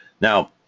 Now